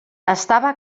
estava